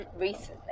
recently